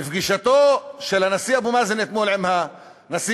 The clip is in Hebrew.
בפגישתו של הנשיא אבו מאזן אתמול עם הנשיא